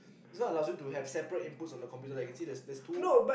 this one allows you to have separate inputs on the computer that you can see there's there's two